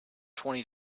twenty